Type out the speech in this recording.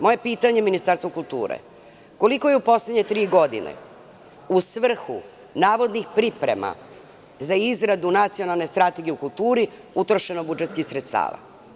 Moje pitanje Ministarstvu kulture – koliko je u poslednje tri godine u svrhu navodnih priprema za izradu Nacionalne strategije u kulturi utrošen budžetskih sredstava?